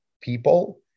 people